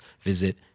visit